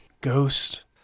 Ghost